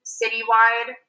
citywide